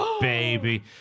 baby